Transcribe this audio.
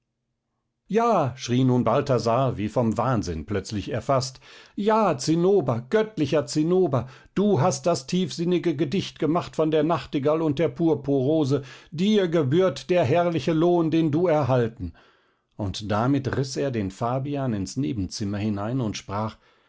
ja schrie nun balthasar wie vom wahnsinn plötzlich er faßt ja zinnober göttlicher zinnober du hast das tiefsinnige gedicht gemacht von der nachtigall und der purpurrose dir gebührt der herrliche lohn den du erhalten und damit riß er den fabian ins nebenzimmer hinein und sprach